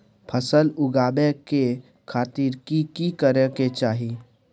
फसल उगाबै के खातिर की की करै के चाही?